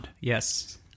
Yes